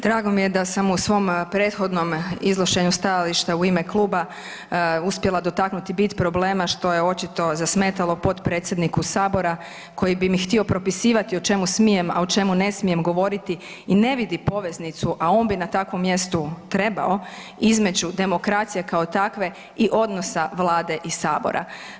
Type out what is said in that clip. Drago mi je da sam u svom prethodnom iznošenju stajališta u ime kluba uspjela dotaknuti bit problema što je očito zasmetalo potpredsjedniku Sabora koji bi mi htio propisivati o čemu smijem a o čemu ne smijem govoriti i ne vidi poveznicu, a on bi na takvom mjestu trebao između demokracije kao takve i odnosa Vlade i Sabora.